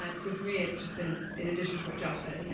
ah so for me, it's just been in addition to what josh said, you know